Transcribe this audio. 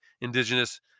Indigenous